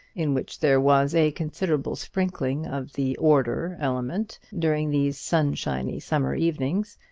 in which there was a considerable sprinkling of the order element, during these sunshiny summer evenings.